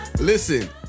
Listen